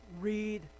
read